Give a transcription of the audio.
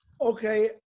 okay